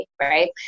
right